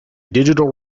digital